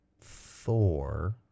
Thor